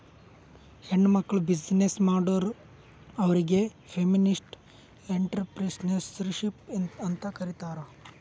ಹೆಣ್ಮಕ್ಕುಳ್ ಬಿಸಿನ್ನೆಸ್ ಮಾಡುರ್ ಅವ್ರಿಗ ಫೆಮಿನಿಸ್ಟ್ ಎಂಟ್ರರ್ಪ್ರಿನರ್ಶಿಪ್ ಅಂತ್ ಕರೀತಾರ್